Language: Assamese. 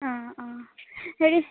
অঁ অঁ হেৰি